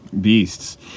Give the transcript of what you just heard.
beasts